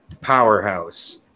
powerhouse